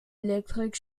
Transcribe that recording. elektrik